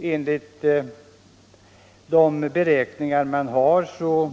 Enligt de beräkningar som gjorts